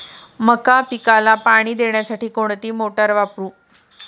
मका पिकाला पाणी देण्यासाठी कोणती मोटार वापरू?